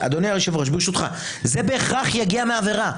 זה בהכרח יגיע מעבירה.